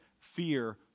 fear